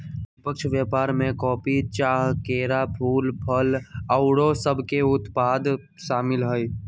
निष्पक्ष व्यापार में कॉफी, चाह, केरा, फूल, फल आउरो सभके उत्पाद सामिल हइ